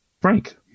Frank